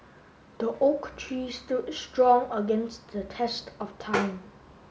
the oak tree stood strong against the test of time